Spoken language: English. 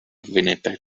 winnipeg